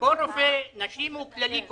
רופא נשים הוא קודם רופא כללי.